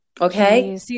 Okay